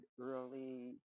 early